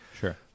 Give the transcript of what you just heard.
Sure